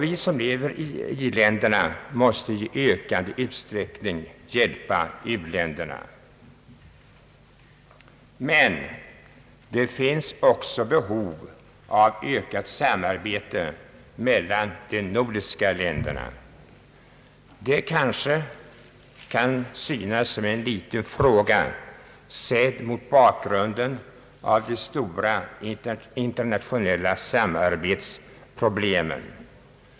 Vi som lever i i-länderna måste i ökad utsträckning hjälpa uländerna. Men det finns också behov av ökat samarbete mellan de nordiska länderna. Det kanske kan synas som en liten fråga sett mot bakgrunden av de stora internationella samarbetsproblemen.